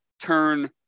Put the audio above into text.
turn